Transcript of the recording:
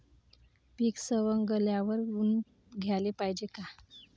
पीक सवंगल्यावर ऊन द्याले पायजे का?